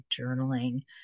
journaling